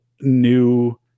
new